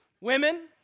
Women